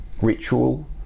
ritual